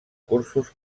cursos